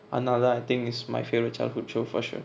I think it's my favourite childhood show for sure